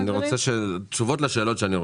אני רוצה תשובות לשאלות שלי.